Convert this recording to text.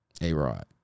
A-Rod